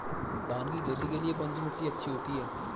धान की खेती के लिए कौनसी मिट्टी अच्छी होती है?